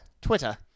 Twitter